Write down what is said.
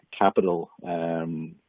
capital